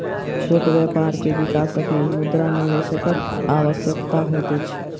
छोट व्यापार के विकासक लेल मुद्रा निवेशकक आवश्यकता होइत अछि